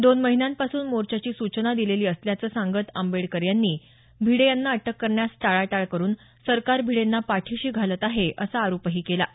दोन महिन्यांपासून मोर्चाची सूचना दिलेली असल्याचं सांगत आंबेडकर यांनी भिडे यांना अटक करण्यास टाळाटाळ करून सरकार भिडेंना पाठीशी घालत आहे असा आरोपही केला आहे